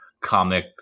comic